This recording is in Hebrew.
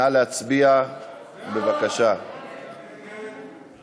תנהל אתו את הדיונים משם.